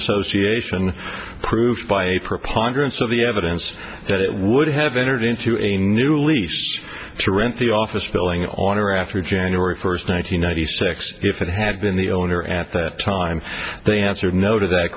association proved by a preponderance of the evidence that it would have entered into a new leased to rent the office building on or after january first one thousand nine hundred six if it had been the owner at that time they answer no to that